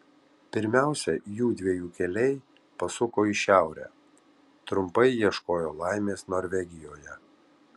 pirmiausia jųdviejų keliai pasuko į šiaurę trumpai ieškojo laimės norvegijoje